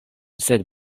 sed